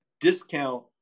discount